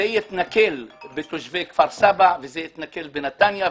זה יגרום להתנכלות בתושבי כפר סבא, נתניה,